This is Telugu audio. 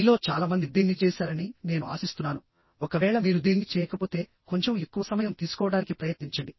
మీలో చాలా మంది దీన్ని చేశారని నేను ఆశిస్తున్నాను ఒకవేళ మీరు దీన్ని చేయకపోతే కొంచెం ఎక్కువ సమయం తీసుకోవడానికి ప్రయత్నించండి